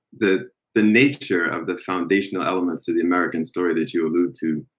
the the nature of the foundational elements of the american story that you allude to,